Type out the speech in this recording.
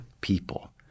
people